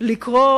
לקרוא